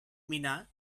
mina